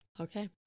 Okay